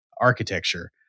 architecture